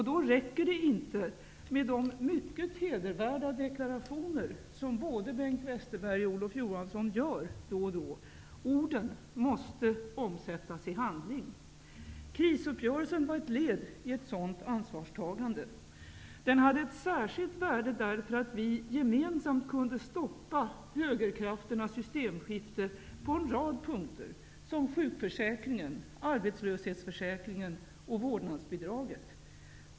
Då räcker det inte med de mycket hedervärda dekla rationer som både Bengt Westerberg och Olof Jo hansson gör då och då. Orden måste omsättas i handling. Krisuppgörelsen var ett led i ett sådant ansvars tagande. Den hade ett särskilt värde därför att vi gemensamt kunde stoppa högerkrafternas sy stemskifte på en rad punkter, t.ex. sjukförsäk ringen, arbetslöshetsförsäkringen och vårdnads bidraget.